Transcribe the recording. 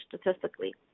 statistically